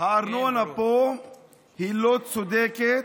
הארנונה פה היא לא צודקת,